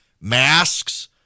Masks